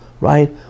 right